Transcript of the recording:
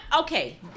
Okay